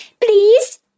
Please